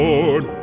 Lord